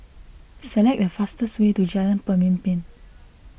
select the fastest way to Jalan Pemimpin